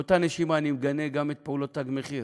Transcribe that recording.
באותה נשימה אני מגנה גם את פעולות "תג מחיר"